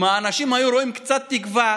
אם האנשים היו רואים קצת תקווה.